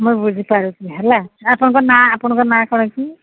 ମୁଁ ବୁଝିପାରୁଛି ହେଲା ଆପଣଙ୍କ ନାଁ ଆପଣଙ୍କ ନାଁ କ'ଣ କି